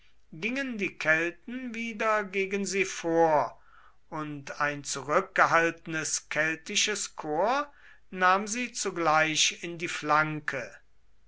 gingen die kelten wieder gegen sie vor und ein zurückgehaltenes keltisches korps nahm sie zugleich in die flanke